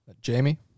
Jamie